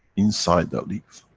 inside the leaf.